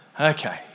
Okay